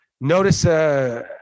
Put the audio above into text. Notice